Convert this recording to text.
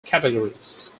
categories